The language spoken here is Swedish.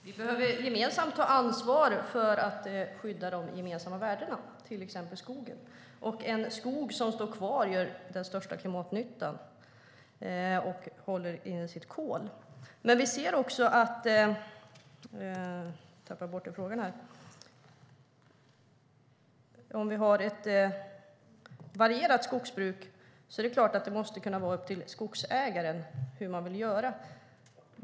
Herr talman! Vi behöver gemensamt ta ansvar för att skydda de gemensamma värdena, till exempel skogen. En skog som står kvar gör den största klimatnyttan och håller inne sitt kol. Om vi har ett varierat skogsbruk är det klart att det måste vara upp till skogsägaren hur man vill göra.